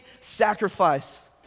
sacrifice